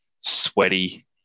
sweaty